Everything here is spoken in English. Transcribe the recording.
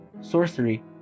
sorcery